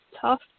tough